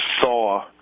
saw